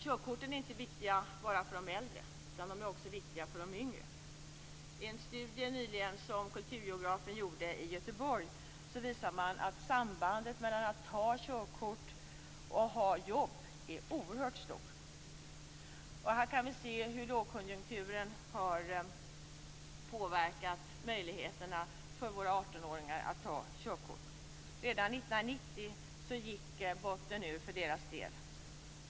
Körkorten är inte viktiga bara för de äldre. De är också viktiga för de yngre. En studie som nyligen gjordes på kulturgeografiska institutionen i Göteborg visar att sambandet mellan körkort och jobb är oerhört stort. Här kan vi se hur lågkonjunkturen har påverkat möjligheterna för våra 18-åringar att ta körkort. Redan 1990 gick botten ur för deras del.